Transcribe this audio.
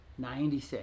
96